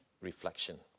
reflection